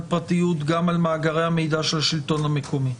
פרטיות גם על מאגרי המידע של השלטון המקומי.